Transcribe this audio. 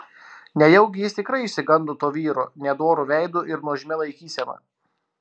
nejaugi jis tikrai išsigando to vyro nedoru veidu ir nuožmia laikysena